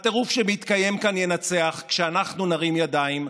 הטירוף שמתקיים כאן ינצח כשאנחנו נרים ידיים,